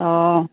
অ